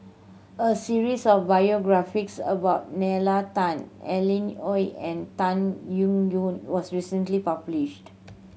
a series of biographies about Nalla Tan Alan Oei and Tan Eng Yoon was recently published